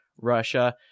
Russia